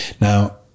Now